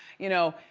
you know,